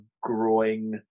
growing